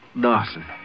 Dawson